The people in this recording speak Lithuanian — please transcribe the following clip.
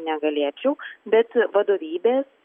negalėčiau bet vadovybės